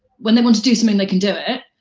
when they want to do something they can do it.